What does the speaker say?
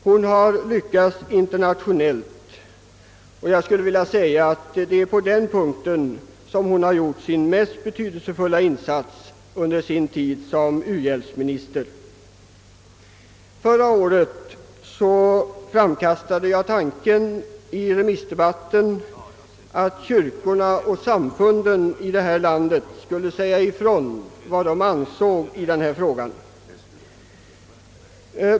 Hon har lyckats internationellt och jag skulle vilja säga att det är på den punkten som hon har gjort sin mest betydelsefulla insats under sin tid som u-hjälpsminister. Förra året framkastade jag i remissdebatten tanken, att kyrkorna och samfunden i detta land skulle klargöra vad de ansåg i denna fråga.